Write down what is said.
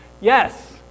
Yes